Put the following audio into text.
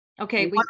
Okay